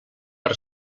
per